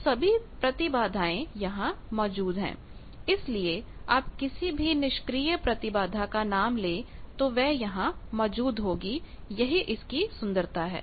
तो सभी प्रतिबाधाएं यहां मौजूद हैं इसलिए आप किसी भी निष्क्रिय प्रतिबाधा का नाम ले तो वह यहां मौजूद होगी यही इसकी सुंदरता है